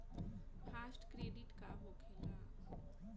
Fast credit का होखेला?